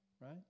right